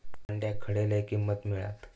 अंड्याक खडे लय किंमत मिळात?